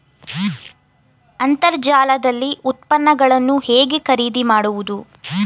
ಅಂತರ್ಜಾಲದಲ್ಲಿ ಉತ್ಪನ್ನಗಳನ್ನು ಹೇಗೆ ಖರೀದಿ ಮಾಡುವುದು?